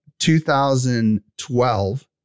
2012